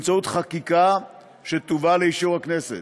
באמצעות חקיקה שתובא לאישור הכנסת.